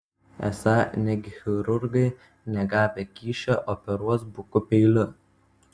esą negi chirurgai negavę kyšio operuos buku peiliu